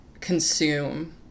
consume